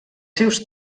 seus